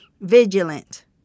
vigilant